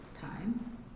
time